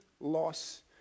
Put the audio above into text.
loss